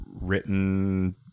written